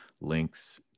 links